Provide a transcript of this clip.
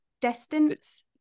distance